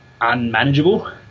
unmanageable